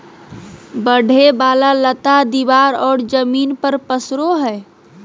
बढ़े वाला लता दीवार और जमीन पर पसरो हइ